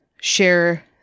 share